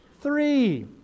Three